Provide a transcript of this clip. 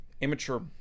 immature